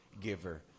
giver